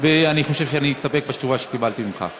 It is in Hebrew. אני חושב שאני אסתפק בתשובה שקיבלתי ממך.